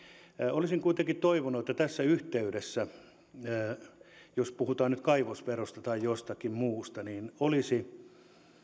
olisin kuitenkin toivonut että tässä yhteydessä kun nyt puhutaan kaivosverosta tai jostakin muusta olisi